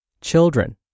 children